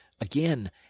again